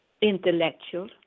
intellectual